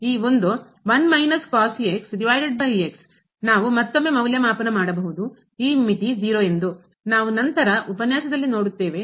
ಈ ಒಂದು ನಾವು ಮತ್ತೊಮ್ಮೆ ಮೌಲ್ಯಮಾಪನ ಮಾಡಬಹುದು ಈ ಮಿತಿ ಎಂದು ನಾವು ನಂತರ ಉಪನ್ಯಾಸದಲ್ಲಿ ನೋಡುತ್ತೇವೆ